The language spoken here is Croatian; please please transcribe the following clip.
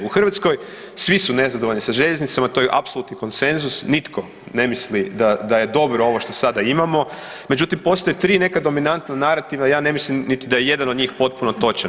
U Hrvatskoj svi su nezadovoljni sa željeznicama, to je apsolutni konsenzus, nitko ne misli da je dobro ovo što sada imamo, međutim postoje 3 neka dominantna narativa, ja ne mislim niti da je jedan od njih potpuno točan.